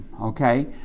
okay